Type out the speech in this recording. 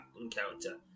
encounter